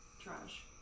trash